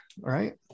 right